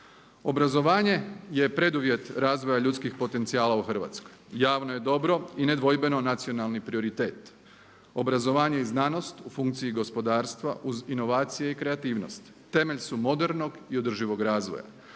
Obrazovanje je preduvjet razvoja ljudskih potencijala u Hrvatskoj. Javno je dobro i nedvojbeno nacionalni prioritet. Obrazovanje i znanost u funkciji gospodarstva uz inovacije i kreativnost temelj su modernog i održivog razvoja.